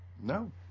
No